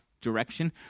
direction